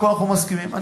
אין לו השקפות.